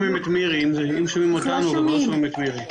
של הכנסת,